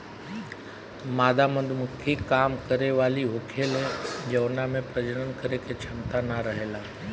मादा मधुमक्खी काम करे वाली होखेले जवना में प्रजनन करे के क्षमता ना रहेला